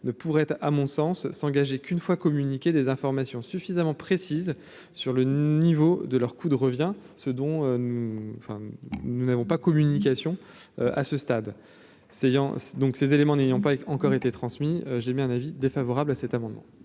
ne pourrait être, à mon sens s'engager qu'une fois communiquer des informations suffisamment précises sur le niveau de leur coût de revient ce don, enfin, nous n'avons pas communication à ce stade seyant donc ces éléments n'ayant pas encore été transmis j'émets un avis défavorable à cet amendement.